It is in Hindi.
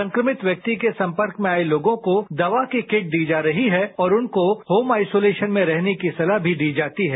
संक्रमित व्यक्ति के संपर्क में आए लोगों को दवा की किट दी जा रही है और उनको होम आइसोलेशन में रहने की सलाह भी दी जाती है